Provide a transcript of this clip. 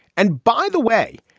and by the way,